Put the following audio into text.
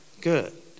Good